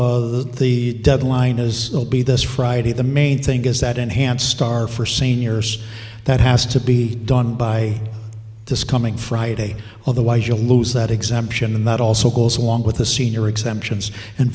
up the deadline as will be this friday the main thing is that enhanced star for seniors that has to be done by this coming friday otherwise you'll lose that exemption and that also goes along with the senior exemptions and